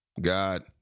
God